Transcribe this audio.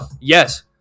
Yes